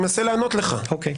עכשיו,